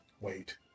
wait